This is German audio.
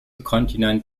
kontinent